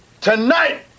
tonight